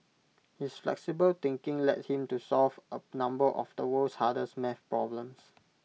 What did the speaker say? his flexible thinking led him to solve A number of the world's hardest math problems